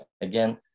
again